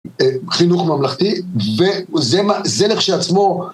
חינוך ממלכתי וזה לכשעצמו